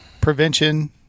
prevention